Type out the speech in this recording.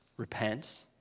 Repent